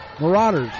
Marauders